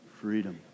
freedom